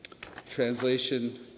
Translation